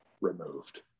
removed